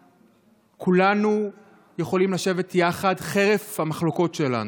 כולנו יכולים לשבת יחד חרף המחלוקות שלנו,